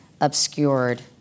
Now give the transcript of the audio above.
obscured